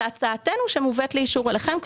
זו הצעתנו שמובאת לאישור אליכם,